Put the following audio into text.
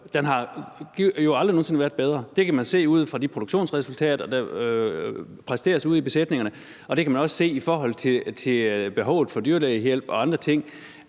nogen sinde været bedre. Det kan man se ud fra de produktionsresultater, der præsteres i besætningerne, og man kan også se det på behovet for dyrlægehjælp og andre ting.